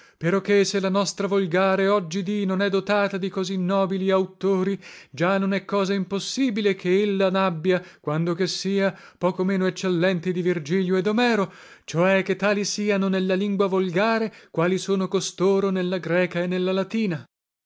greca peroché se la nostra volgare oggidì non è dotata di così nobili auttori già non è cosa impossibile che ella nabbia quando che sia poco meno eccellenti di virgilio e domero ciò è che tali siano nella lingua volgare quali sono costoro nella greca e nella latina